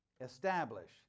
Establish